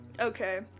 Okay